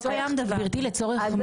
אם